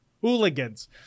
Hooligans